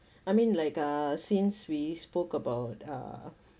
I mean like uh since we spoke about uh